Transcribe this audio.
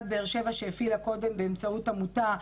שהפעילה קודם באמצעות עמותה,